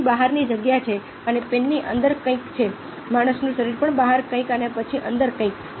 પેનની બહારની જગ્યા છે અને પેનની અંદર કંઈક છે માણસનું શરીર પણ બહાર કંઈક અને પછી અંદર કંઈક